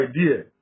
idea